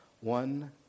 one